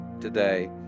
today